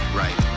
right